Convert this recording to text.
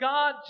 God